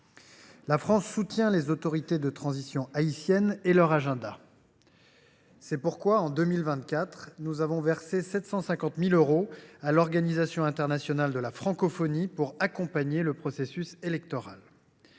La France soutient les autorités de transition haïtiennes et leur agenda. C’est pourquoi, en 2024, nous avons versé 750 000 euros à l’Organisation internationale de la francophonie (OIF) pour accompagner le processus électoral.